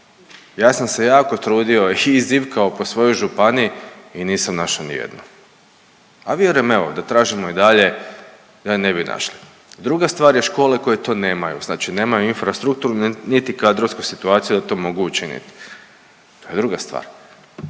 Ja sam se jako trudio i zivkao po svojoj županiji i nisam našao ni jednu. A vjerujem evo da tražimo i dalje da je ne bi našli. Druga stvar je škole koje to nemaju, znači nemaju infrastrukturne niti kadrovsku situaciju da to mogu učiniti. To je druga stvar.